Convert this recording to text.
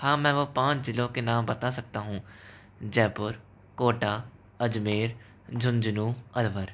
हाँ में वो पाँच ज़िलों के नाम बता सकता हूँ जयपुर कोटा अजमेर झुंझुनू अलवर